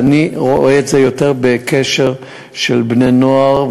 אני רואה את זה יותר בהקשר של בני-נוער,